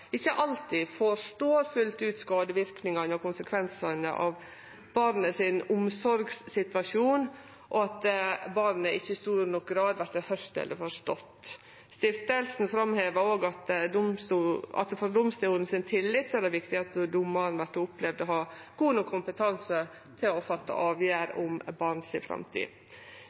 konsekvensane av omsorgssituasjonen til barnet, og at barnet ikkje i stor nok grad vert høyrt eller forstått. Stiftinga framhevar òg at det er viktig for tilliten til domstolen at dommaren vert opplevd å ha god nok kompetanse til å fatte avgjerder om